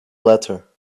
letter